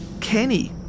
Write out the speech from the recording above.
Kenny